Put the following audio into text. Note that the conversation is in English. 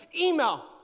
email